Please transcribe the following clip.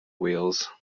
wheels